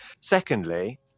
secondly